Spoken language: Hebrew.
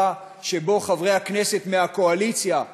שבו חברי הכנסת מהקואליציה,